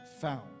found